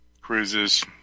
cruises